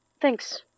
Thanks